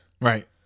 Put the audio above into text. Right